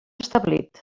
establit